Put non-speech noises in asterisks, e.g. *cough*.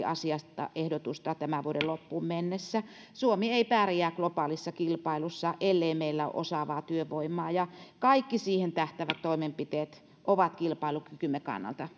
*unintelligible* asiasta ehdotusta tämän vuoden loppuun mennessä suomi ei pärjää globaalissa kilpailussa ellei meillä ole osaavaa työvoimaa ja kaikki siihen tähtäävät toimenpiteet ovat kilpailukykymme kannalta